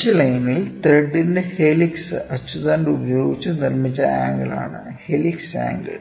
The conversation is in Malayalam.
പിച്ച് ലൈനിൽ ത്രെഡിന്റെ ഹെലിക്സ് അച്ചുതണ്ട് ഉപയോഗിച്ച് നിർമ്മിച്ച ആംഗിൾ ആണ് ഹെലിക്സ് ആംഗിൾ